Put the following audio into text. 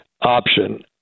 option